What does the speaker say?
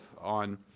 on